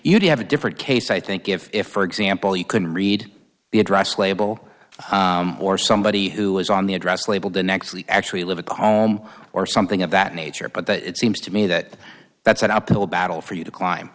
you do have a different case i think if for example you couldn't read the address label or somebody who was on the address label the next actually live in the home or something of that nature but it seems to me that that's an uphill battle for you to climb